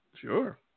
Sure